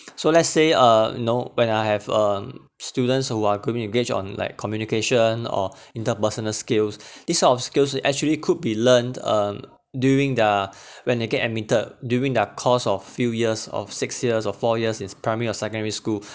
so let's say uh you know when I have um students who are good in gauge on like communication or interpersonal skills this sort of skills they actually could be learnt um during the when they get admitted during the course of few years of six years or four years in primary or secondary school